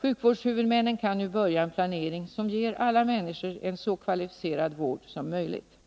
Sjukvårdshuvudmännen kan nu börja en planering som ger alla människor en så kvalificerad vård som möjligt.